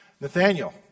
Nathaniel